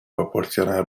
proporciona